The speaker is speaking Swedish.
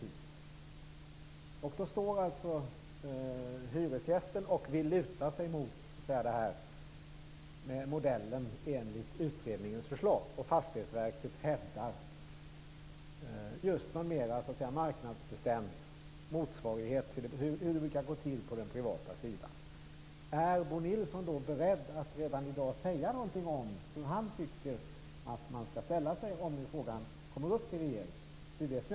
Det drar ut på tiden, och hyresgästen vill luta sig mot den av utredningen föreslagna modellen, medan Fastighetsverket hävdar en marknadsbestämd motsvarighet till hur det brukar gå till på den privata sidan. Är Bo Nilsson beredd att redan i dag säga någonting om hur han tycker att man skall ställa sig, om den frågan kommer upp till regeringen?